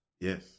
Yes